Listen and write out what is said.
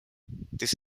this